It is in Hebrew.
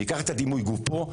ניקח את דימוי הגוף פה,